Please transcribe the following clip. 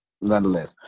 nonetheless